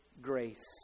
grace